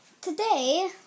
today